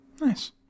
Nice